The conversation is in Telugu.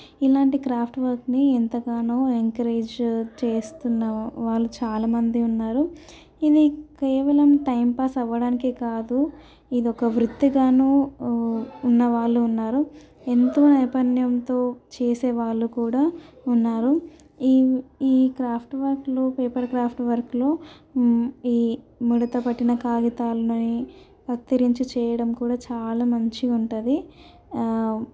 ఇలాంటి క్రాఫ్ట్ వర్క్ని ఎంతగానో ఎంకరేజ్ చేస్తున్న వాళ్ళు చాలా మంది ఉన్నారు ఇవి కేవలం టైంపాస్ అవ్వడానికే కాదు ఇది ఒక వృత్తిగాను ఉన్నవాళ్ళు ఉన్నారు ఎంతో నైపుణ్యంతో చేసే వాళ్ళు కూడా ఉన్నారు ఈ ఈ క్రాఫ్ట్ వర్క్లు పేపర్ క్రాఫ్ట్ వర్కులు ఈ ముడత పట్టిన కాగితాలని కత్తిరించి చేయడం కూడా చాలా మంచిగా ఉంటుంది